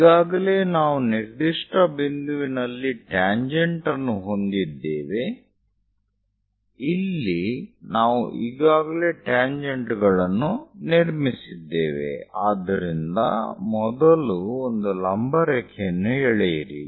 ಈಗಾಗಲೇ ನಾವು ನಿರ್ದಿಷ್ಟ ಬಿಂದುವಿನಲ್ಲಿ ಟ್ಯಾಂಜೆಂಟ್ ಅನ್ನು ಹೊಂದಿದ್ದೇವೆ ಇಲ್ಲಿ ನಾವು ಈಗಾಗಲೇ ಟ್ಯಾಂಜೆಂಟ್ ಗಳನ್ನು ನಿರ್ಮಿಸಿದ್ದೇವೆ ಆದ್ದರಿಂದ ಮೊದಲು ಒಂದು ಲಂಬ ರೇಖೆಯನ್ನು ಎಳೆಯಿರಿ